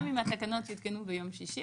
גם אם התקנות יותקנו ביום שישי,